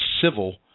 civil